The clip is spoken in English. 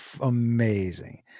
amazing